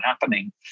happening